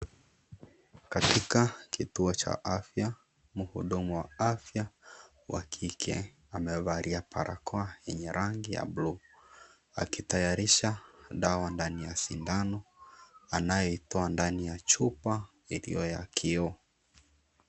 Katika kituo cha afya mhudumu wa afya wa kike amevalia barakoa yenye rangi ya bluu, akitayarisha dawa ndani ya sindano, anayoitoa ndani ya chupa iliyo ya kioo.